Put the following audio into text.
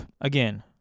Again